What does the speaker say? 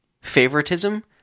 favoritism